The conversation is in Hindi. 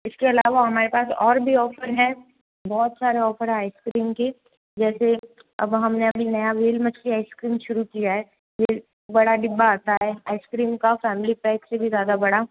इसके अलावा हमारे पास और भी ऑफर हैं बहुत सारे ऑफर है आइसक्रीम के जैसे अब हमें अभी नया वेरीमच की आइसक्रीम शुरू किया है ये बड़ा डिब्बा आता है आइसक्रीम का फ़ैमिली पैक से भी ज़्यादा बड़ा